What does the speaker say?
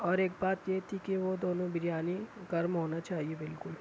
اور ایک بات یہ تھی کہ وہ دونوں بریانی گرم ہونا چاہیے بالکل